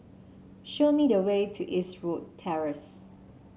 show me the way to Eastwood Terrace